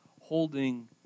holding